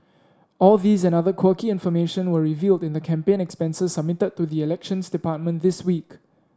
all these and other quirky information were revealed in the campaign expenses submitted to the Elections Department this week